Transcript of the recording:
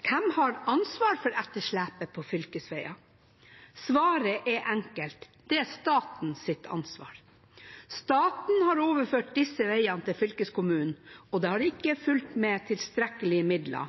Hvem har ansvaret for etterslepet på fylkesveiene? Svaret er enkelt, det er statens ansvar. Staten har overført disse veiene til fylkeskommunene, og det har ikke fulgt med tilstrekkelig med midler,